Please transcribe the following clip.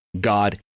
God